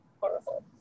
horrible